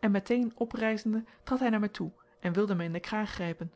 en met-een oprijzende trad hij naar mij toe en wilde mij in den kraag grijpen